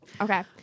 okay